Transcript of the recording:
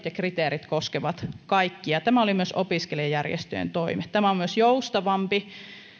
ja kriteerit koskevat kaikkia tämä oli myös opiskelijajärjestöjen toive tämä on myös joustavampi